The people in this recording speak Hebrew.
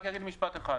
אני רק אגיד משפט אחד,